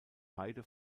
beide